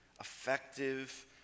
effective